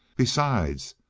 besides,